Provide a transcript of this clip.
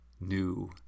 new